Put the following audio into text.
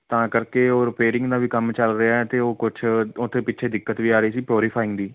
ਤਾਂ ਕਰਕੇ ਉਹ ਰਿਪੇਅਰਿੰਗ ਦਾ ਵੀ ਕੰਮ ਚੱਲ ਰਿਹਾ ਅਤੇ ਉਹ ਕੁਛ ਉੱਥੇ ਪਿੱਛੇ ਦਿੱਕਤ ਵੀ ਆ ਰਹੀ ਸੀ ਪੋਰੀਫਾਈਂਗ ਦੀ